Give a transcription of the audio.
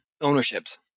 ownerships